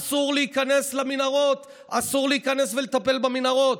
אסור להיכנס למנהרות, אסור להיכנס ולטפל במנהרות.